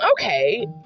okay